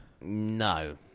No